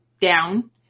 down